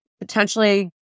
potentially